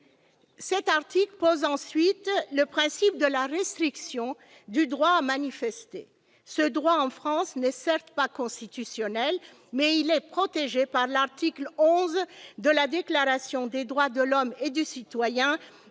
Cet article pose ensuite le principe de la restriction du droit à manifester. Ce droit, en France, n'est certes pas constitutionnel, mais il est protégé par l'article X de la Déclaration des droits de l'homme et du citoyen,